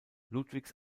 ludwigs